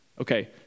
okay